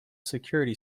security